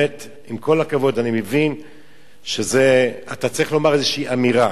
עם כל הכבוד, אני מבין שאתה צריך לומר אמירה,